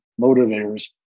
motivators